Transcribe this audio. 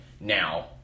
Now